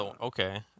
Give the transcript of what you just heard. Okay